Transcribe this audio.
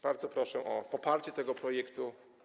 Bardzo proszę o poparcie tego projektu.